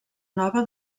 nova